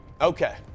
Okay